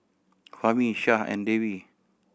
Fahmi Syah and Dewi